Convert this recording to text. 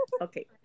okay